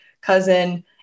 cousin